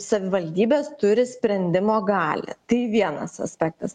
savivaldybės turi sprendimo galią tai vienas aspektas